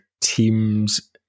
teams